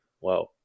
wow